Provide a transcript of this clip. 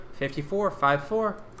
5454